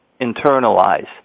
internalize